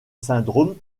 syndrome